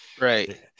Right